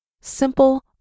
simple